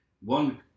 One